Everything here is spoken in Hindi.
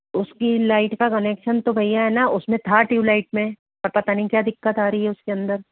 उसकी लाइट का कनेक्शन तो भैया है ना उसमें था ट्यूब लाइट में पर पता नहीं क्या दिक्कत आ रही है उसके अंदर